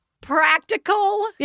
practical